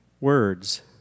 words